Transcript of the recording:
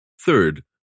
Third